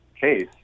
case